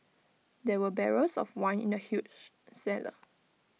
there were barrels of wine in the huge cellar